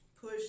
Push